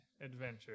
adventure